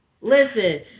Listen